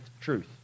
truth